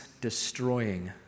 destroying